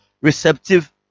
receptive